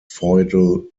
feudal